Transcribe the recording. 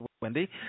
Wendy